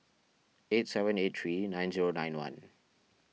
eight seven eight three nine zero nine one